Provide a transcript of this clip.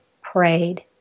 prayed